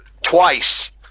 Twice